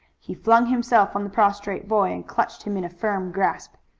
he flung himself on the prostrate boy and clutched him in a firm grasp.